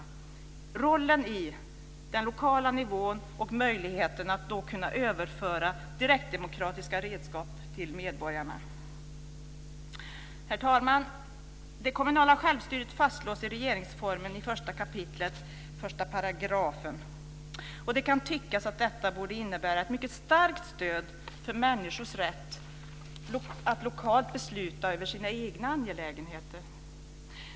Det gäller rollen på den lokala nivån och möjligheterna att överföra direktdemokratiska redskap till medborgarna. Herr talman! Det kommunala självstyret fastslås i regeringsformen 1 kap. 1 §. Det kan tyckas att detta borde innebära ett mycket starkt stöd för människors rätt att lokalt besluta över sina egna angelägenheter.